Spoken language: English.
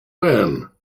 then